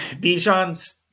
Bijan's